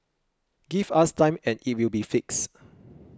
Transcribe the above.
give us time and it will be fixed